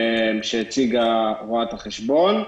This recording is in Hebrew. שהציגה רואת-החשבון.